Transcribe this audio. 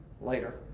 later